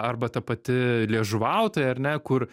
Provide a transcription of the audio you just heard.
arba ta pati liežuvautoja ar ne kur